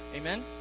Amen